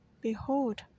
Behold